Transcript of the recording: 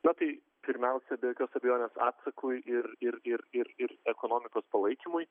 na tai pirmiausia be jokios abejonės atsakui ir ir ir ir ir ekonomikos palaikymui